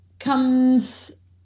comes